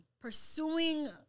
Pursuing